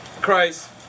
Christ